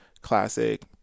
classic